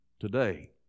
today